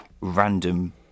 random